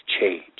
change